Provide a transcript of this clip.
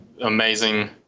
amazing